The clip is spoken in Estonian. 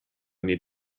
nii